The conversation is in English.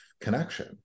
connection